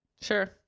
Sure